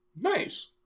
Nice